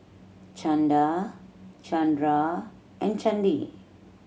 Chanda Chandra and Chandi